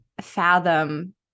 fathom